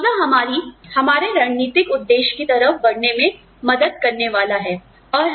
मुआवजा हमारी हमारे रणनीतिक उद्देश्य की तरफ बढ़ने में मदद करने वाला है